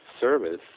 service